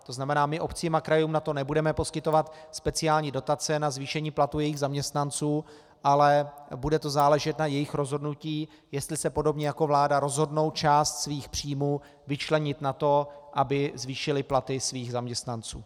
To znamená, my obcím a krajům nebudeme poskytovat speciální dotace na zvýšení platů jejich zaměstnanců, ale bude to záležet na jejich rozhodnutí, jestli se podobně jako vláda rozhodnou část svých příjmů vyčlenit na to, aby zvýšily platy svých zaměstnanců.